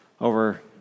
over